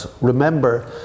Remember